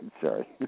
Sorry